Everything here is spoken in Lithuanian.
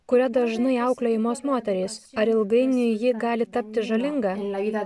kuria dažnai auklėjamos moterys ar ilgainiui ji gali tapti žalinga